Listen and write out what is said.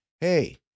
hey